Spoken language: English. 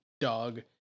dog